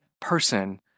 person